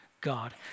God